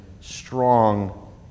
strong